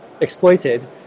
exploited